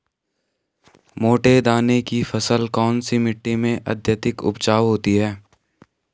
मोटे दाने की फसल कौन सी मिट्टी में अत्यधिक उपजाऊ होती है?